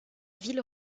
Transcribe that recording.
ville